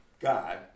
God